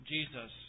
Jesus